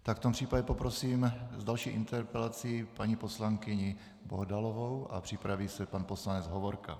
V tom případě poprosím s další interpelací paní poslankyni Bohdalovou a připraví se pan poslanec Hovorka.